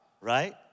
Right